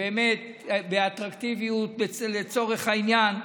שבאמת באטרקטיביות, לצורך העניין,